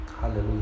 Hallelujah